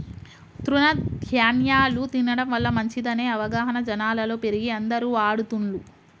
తృణ ధ్యాన్యాలు తినడం వల్ల మంచిదనే అవగాహన జనాలలో పెరిగి అందరు వాడుతున్లు